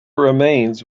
remains